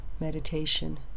meditation